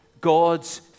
God's